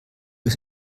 bis